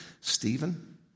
Stephen